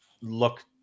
look